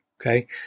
Okay